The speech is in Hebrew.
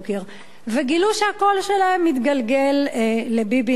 וגילו שהקול שלהם מתגלגל לביבי נתניהו.